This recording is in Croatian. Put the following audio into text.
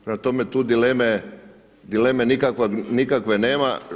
Prema tome, tu dileme nikakve nema.